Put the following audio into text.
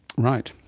right,